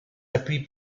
appuis